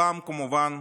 הפעם, כמובן,